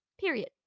period